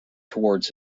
towards